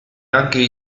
anche